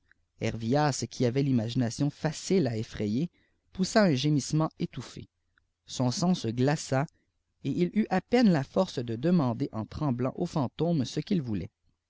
herviàsy qui avait imagination facile à effrayer poussa un gémissennt étonné sob sang se glaça et il eut à peine la force de demander en tre au fantôme ce qu'il voulait